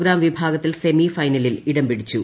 gram വിഭാഗത്തിൽ സെമിഫൈനലിൽ ഇടം പിടിച്ചു